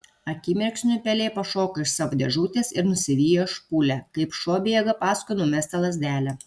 akimirksniu pelė pašoko iš savo dėžutės ir nusivijo špūlę kaip šuo bėga paskui numestą lazdelę